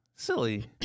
Silly